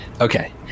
Okay